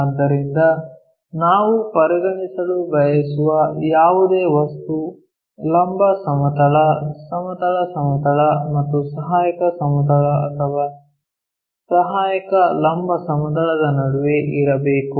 ಆದ್ದರಿಂದ ನಾವು ಪರಿಗಣಿಸಲು ಬಯಸುವ ಯಾವುದೇ ವಸ್ತು ಲಂಬ ಸಮತಲ ಸಮತಲ ಸಮತಲ ಮತ್ತು ಸಹಾಯಕ ಸಮತಲ ಅಥವಾ ಸಹಾಯಕ ಲಂಬ ಸಮತಲದ ನಡುವೆ ಇರಬೇಕು